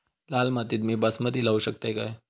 लाल मातीत मी बासमती लावू शकतय काय?